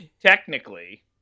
technically